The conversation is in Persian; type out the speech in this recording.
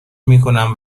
میکنم